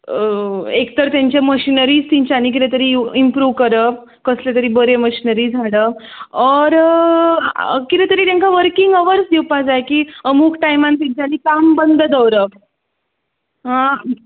एक तर तें तेंचे मशीनरीज तेंच्यानी कितें तरी इमप्रु करप कसले तरी बरे मशिनरीज हाडप ऑर कितें तरी तांकां वर्कींग आवर्स दिवपाक जाय की अमूक टायमार तेंच्यानी काम बंद दवरप आ